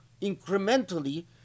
incrementally